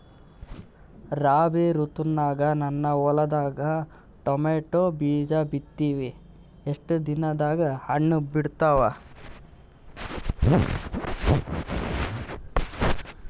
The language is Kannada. ರಾಬಿ ಋತುನಾಗ ನನ್ನ ಹೊಲದಾಗ ಟೊಮೇಟೊ ಬೀಜ ಬಿತ್ತಿವಿ, ಎಷ್ಟು ದಿನದಾಗ ಹಣ್ಣ ಬಿಡ್ತಾವ?